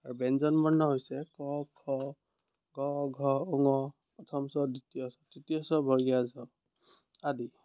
আৰু ব্যঞ্জনবৰ্ণ হৈছে ক খ গ ঘ ঙ প্ৰথম চ দ্ৱিতীয় ছ তৃতীয় ছ বৰ্গীয়া জ আদি